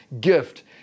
gift